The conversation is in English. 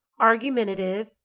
argumentative